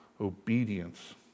obedience